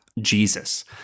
Jesus